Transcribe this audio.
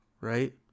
Right